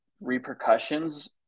repercussions